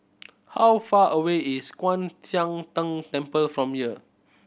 how far away is Kwan Siang Tng Temple from here